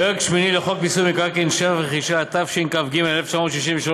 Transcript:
פרק שמיני לחוק מיסוי מקרקעין (שבח ורכישה) התשכ"ג 1963,